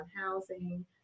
housing